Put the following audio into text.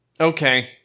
Okay